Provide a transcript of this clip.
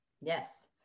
Yes